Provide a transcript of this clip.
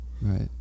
Right